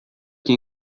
que